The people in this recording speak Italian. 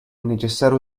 necessario